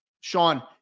Sean